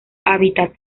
hábitat